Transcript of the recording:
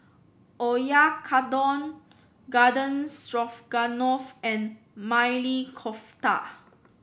Oyakodon Garden Stroganoff and Maili Kofta